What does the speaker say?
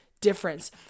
difference